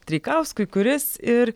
treikauskui kuris ir